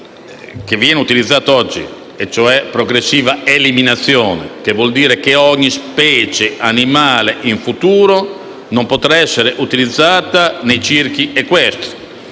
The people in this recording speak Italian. legge si utilizza l'espressione «graduale eliminazione», che vuol dire che ogni specie animale in futuro non potrà essere utilizzata nei circhi equestri.